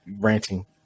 ranting